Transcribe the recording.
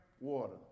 water